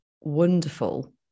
wonderful